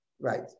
right